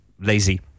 lazy